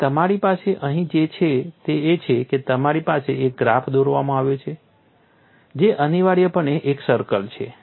અને તમારી પાસે અહીં જે છે તે એ છે કે તમારી પાસે એક ગ્રાફ દોરવામાં આવ્યો છે જે અનિવાર્યપણે એક સર્કલ છે